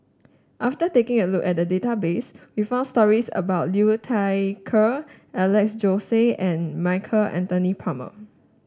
after taking a look at the database we found stories about Liu Thai Ker Alex Josey and Michael Anthony Palmer